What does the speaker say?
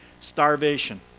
starvation